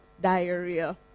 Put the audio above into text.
diarrhea